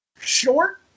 Short